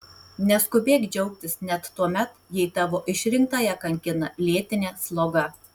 neskubėk džiaugtis net tuomet jei tavo išrinktąją kankina lėtinė sloga